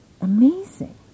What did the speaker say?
amazing